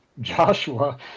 Joshua